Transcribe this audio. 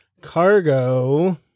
cargo